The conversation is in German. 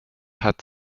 hat